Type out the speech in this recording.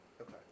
Okay